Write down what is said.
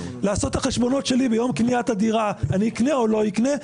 לעשות את החשבונות שלי ביום קניית הדירה אם אני אקנה או לא אקנה,